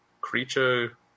creature